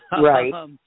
Right